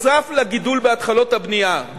נוסף על הגידול בהתחלות הבנייה,